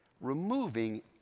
Removing